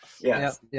Yes